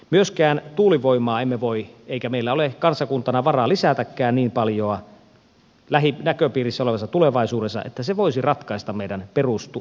myöskään tuulivoimaa emme voi eikä meillä ole siihen kansakuntana varaa lisätäkään niin paljoa näköpiirissä olevassa tulevaisuudessa että se voisi ratkaista meidän perusvoiman tuotannon